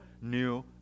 new